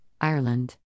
Ireland